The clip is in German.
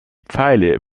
pfeile